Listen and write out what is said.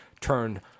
turned